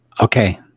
Okay